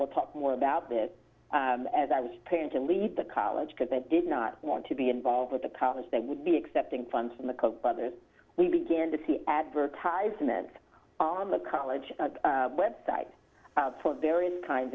we'll talk more about this as i was preparing to leave the college because they did not want to be involved with the college they would be accepting funds from the koch brothers we began to see advertisements on the college web site for various kinds